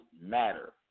matter